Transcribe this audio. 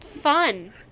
fun